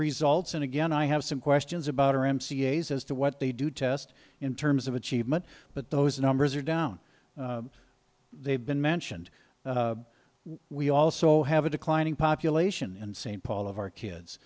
results and again i have some questions about or m c s as to what they do test in terms of achievement but those numbers are down they've been mentioned we also have a declining population and st paul of our kids